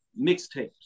mixtapes